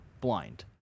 blind